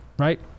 Right